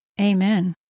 Amen